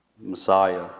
Messiah